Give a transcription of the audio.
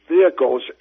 vehicles